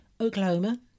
Oklahoma